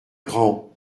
grand